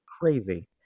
Crazy